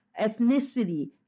ethnicity